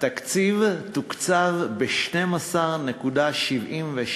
הכביש תוקצב ב-12.76